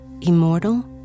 immortal